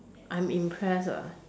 I'm impressed ah